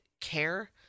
care